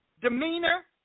demeanor